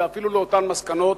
ואפילו לאותן מסקנות.